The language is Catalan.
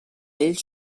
ell